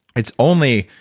it's only,